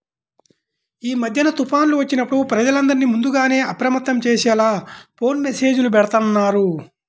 యీ మద్దెన తుఫాన్లు వచ్చినప్పుడు ప్రజలందర్నీ ముందుగానే అప్రమత్తం చేసేలా ఫోను మెస్సేజులు బెడతన్నారు